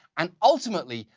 and, ultimately,